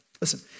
Listen